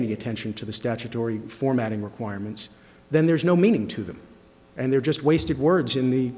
any attention to the statutory formatting requirements then there's no meaning to them and they're just wasted words in the